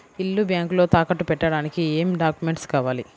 ఇల్లు బ్యాంకులో తాకట్టు పెట్టడానికి ఏమి డాక్యూమెంట్స్ కావాలి?